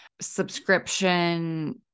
subscription